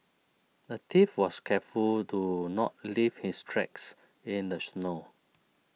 the thief was careful to not leave his tracks in the snow